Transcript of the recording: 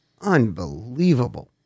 unbelievable